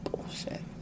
bullshit